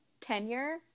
tenure